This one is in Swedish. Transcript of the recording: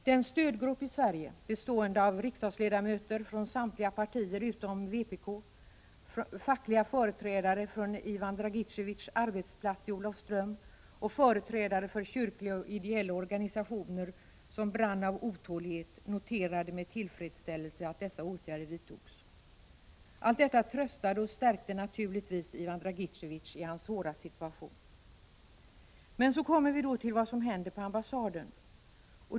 Den stödgrupp i Sverige, bestående av riksdagsledamöter från samtliga partier utom vpk, fackliga företrädare från Ivan Dragiteviés arbetsplats i Olofström samt företrädare för kyrkliga och ideella organisationer, som brann av otålighet noterade med tillfredsställelse att dessa åtgärder vidtogs. Men så kommer vi till vad som händer på ambassaden.